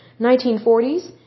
1940s